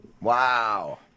Wow